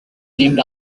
named